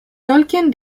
tolkien